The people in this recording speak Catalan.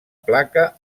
placa